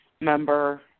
member